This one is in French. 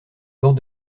bord